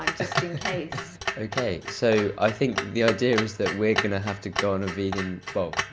um just in case. okay so i think the idea is that we're gonna have to go on a vegan. well,